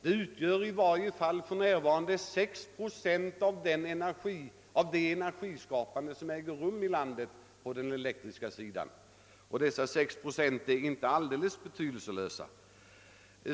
Det motsvarar i varje fall för närvarande 6 procent av det energiskapande som äger rum i landet i fråga om elektricitet, och dessa 6 procent är inte alldeles betydelselösa.